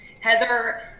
Heather